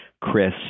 Chris